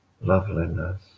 Loveliness